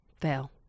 Fail